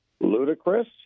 ludicrous